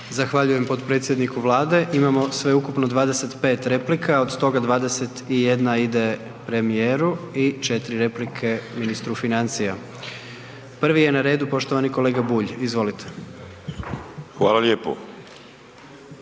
Zahvaljujem potpredsjedniku Vlade. Imamo sveukupno 25 replika, od toga 21 ide premijeru i 4 replike ministru financija. Prvi je na redu poštovani kolega Bulj, izvolite. **Bulj,